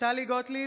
טלי גוטליב,